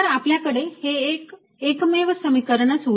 तर आपल्याकडे हे फक्त एकमेव समिकरणच उरेल